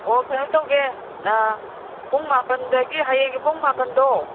ꯑꯣ ꯀꯩꯅꯣ ꯇꯧꯒꯦ ꯄꯨꯡ ꯃꯥꯄꯜꯗꯒꯤ ꯍꯌꯦꯡꯒꯤ ꯄꯨꯡ ꯃꯥꯄꯜꯗꯣ